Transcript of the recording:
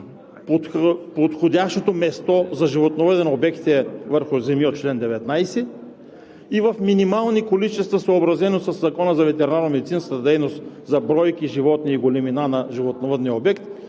подходящото място за животновъден обект е върху земи от чл. 19 и в минимални количества, съобразено със Закона за ветеринарномедицинската дейност за бройки животни и големина на животновъдния обект,